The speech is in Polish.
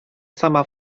sama